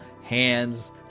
hands